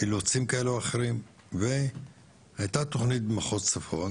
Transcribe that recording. אילוצים כאלה ואחרים והייתה תכנית מחוז צפון